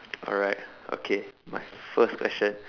alright okay my first question